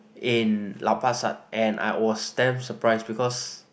in Lau-Pa-Sat and I was damn surprised because